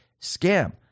Scam